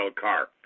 car